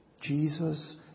Jesus